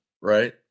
right